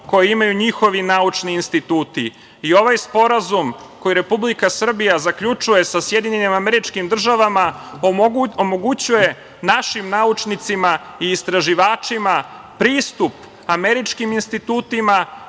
koji imaju njihovi naučni instituti. Ovaj sporazum koji Republika Srbija zaključuje sa SAD omogućuje našim naučnicima i i istraživačima pristup američkim institutima